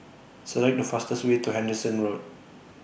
Select The fastest Way to Henderson Road